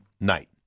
night